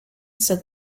said